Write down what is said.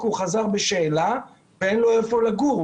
הוא חזר בשאלה ואין לו איפה לגור,